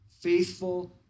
faithful